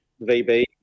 vb